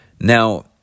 Now